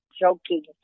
joking